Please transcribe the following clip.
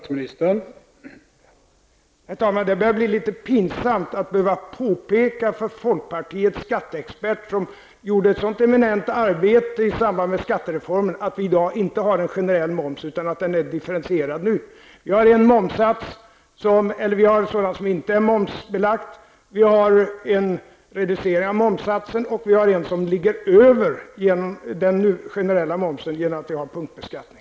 Herr talman! Det börjar bli pinsamt att behöva påpeka för folkpartisternas skatteexpert, som gjorde ett så eminent arbete i samband med skattereformen, att vi i dag inte har en generell moms, utan den är differentierad. Vi har sådant som inte är momsbelagt, vi har en reducerad moms och vi har en som ligger över den generella momsen genom att vi har punktbeskattning.